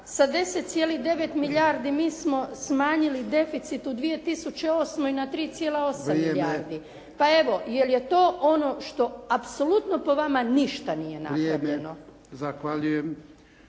sa 10,9 milijardi mi smo smanjili deficit u 2008. na 3,8 milijardi. Pa evo, je li to ono što apsolutno po vama ništa nije napravljeno. **Jarnjak, Ivan